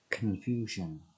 Confusion